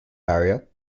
barrier